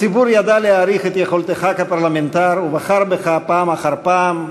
הציבור ידע להעריך את יכולתך כפרלמנטר ובחר בך פעם אחר פעם,